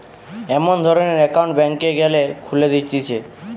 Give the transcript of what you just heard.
এমন ধরণের একউন্ট ব্যাংকে গ্যালে খুলে দিতেছে